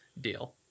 deal